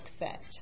accept